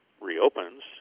reopens